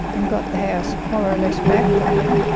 and got the house more or less back for me.